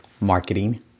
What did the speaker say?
marketing